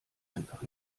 einfach